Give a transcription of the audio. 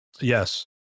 Yes